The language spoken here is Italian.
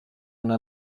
una